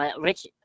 rich